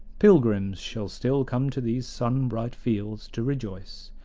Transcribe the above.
pilgrims shall still come to these sun-bright fields, to rejoice,